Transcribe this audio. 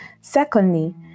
Secondly